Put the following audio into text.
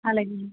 అలాగే